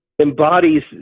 embodies